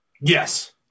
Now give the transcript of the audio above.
Yes